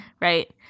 right